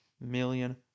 million